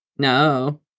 No